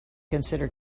consider